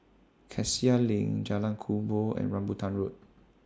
Cassia LINK Jalan Kubor and Rambutan Road